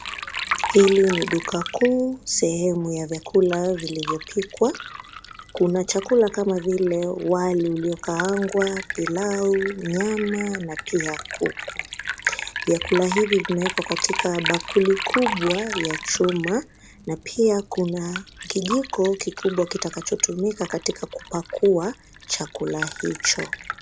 Hili ni duka kuu sehemu ya vyakula vilivyopikwa. Kuna chakula kama vile wali ulio kaangwa, pilau, nyama na pia kuku. Vyakula hivi vimewekwa katika bakuli kubwa ya chuma na pia kuna kijiko kikubwa kitakacho tumika katika kupakua chakula hicho.